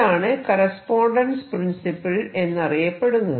ഇതാണ് correspondence principle എന്നറിയപ്പെടുന്നത്